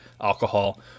alcohol